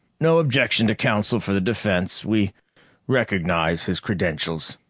no objection to counsel for the defense. we recognize his credentials.